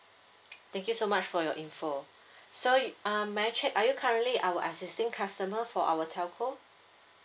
thank you so much for your info so y~ um may I check are you currently our existing customer for our telco